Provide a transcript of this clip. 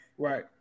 Right